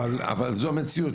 אבל זו המציאות,